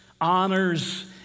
honors